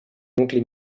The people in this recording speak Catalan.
nucli